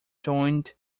joined